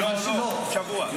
לא, לא, שבוע.